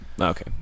Okay